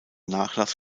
nachlass